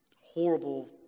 horrible